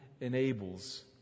enables